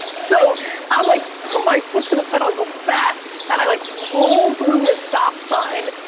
so i like put my foot to the pedal, i go fast and i like roll through this stop sign,